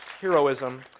heroism